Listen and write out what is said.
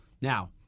Now